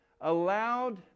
allowed